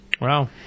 Wow